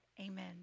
Amen